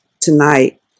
tonight